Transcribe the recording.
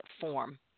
form